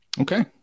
Okay